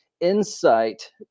insight